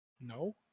No